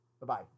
Bye-bye